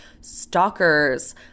stalkers